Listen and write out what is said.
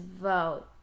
vote